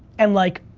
and like,